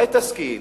אולי תשכיל.